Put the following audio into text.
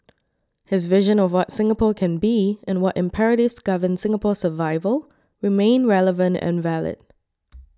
his vision of what Singapore can be and what imperatives govern Singapore's survival remain relevant and valid